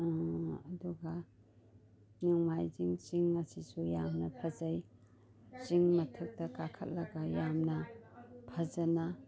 ꯑꯗꯨꯒ ꯅꯣꯡꯃꯥꯏꯖꯤꯡ ꯆꯤꯡ ꯑꯁꯤꯁꯨ ꯌꯥꯝꯅ ꯐꯖꯩ ꯆꯤꯡ ꯃꯊꯛꯇ ꯀꯥꯈꯠꯂꯒ ꯌꯥꯝꯅ ꯐꯖꯅ